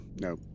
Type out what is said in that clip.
no